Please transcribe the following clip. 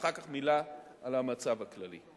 ואחר כך מלה על המצב הכללי.